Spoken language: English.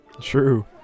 True